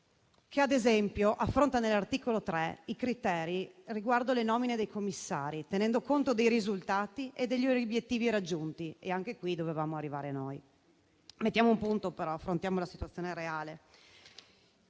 che, ad esempio, all'articolo 3 specifica i criteri relativi alle nomine dei commissari, tenendo conto dei risultati e degli obiettivi raggiunti. Anche su questo dovevamo arrivare noi. Mettiamo un punto, però, e affrontiamo la situazione reale.